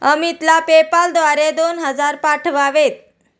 अमितला पेपाल द्वारे दोन हजार पाठवावेत